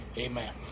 Amen